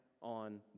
on